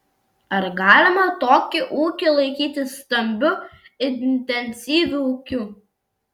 ar galima tokį ūkį laikyti stambiu intensyviu ūkiu